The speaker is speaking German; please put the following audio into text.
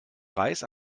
reis